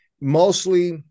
mostly